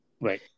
Right